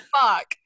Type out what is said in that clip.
fuck